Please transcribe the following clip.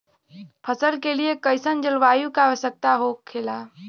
फसल के लिए कईसन जलवायु का आवश्यकता हो खेला?